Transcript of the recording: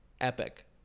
Epic